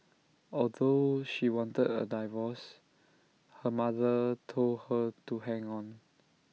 although she wanted A divorce her mother told her to hang on